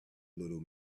little